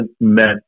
meant